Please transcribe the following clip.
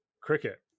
Cricket